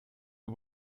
you